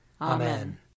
Amen